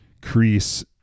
crease